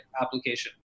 application